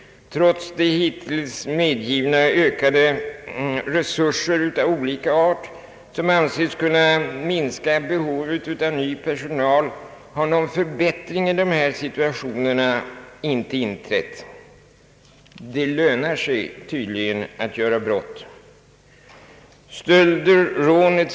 Trots de hittills medgivna ökade resurser av olika art som anses kunna minska behovet av ny personal har någon förbättring i situationen inte inträtt. Det lönar sig tydligen att begå brott. Stölder, rån etc.